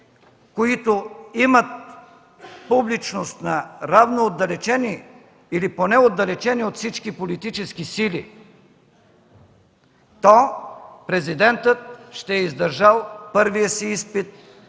които имат публичност на равно отдалечени или поне отдалечени от всички политически сили, то президентът ще е издържал първия си изпит